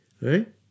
Right